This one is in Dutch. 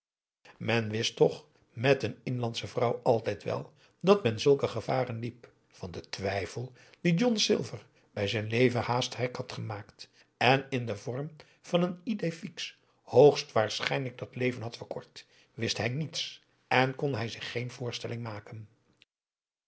men wist toch met een inlandsche vrouw altijd wel dat men zulke gevaren liep van den twijfel dien john silver bij z'n leven haast gek had gemaakt en in den vorm van een idée fixe hoogstwaarschijnlijk dat leven had verkort wist hij niets en kon hij zich geen voorstelling maken